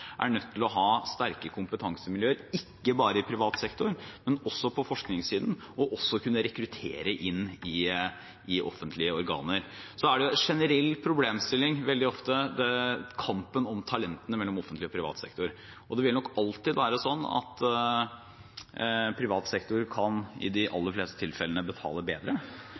er nødt til å ha sterke kompetansemiljøer på forskningssiden – ikke bare i privat sektor – og også kunne rekruttere inn til offentlige organer. En generell problemstilling er veldig ofte kampen om talentene mellom offentlig og privat sektor, og det vil nok alltid være slik at privat sektor i de aller fleste tilfellene kan betale